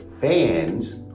fans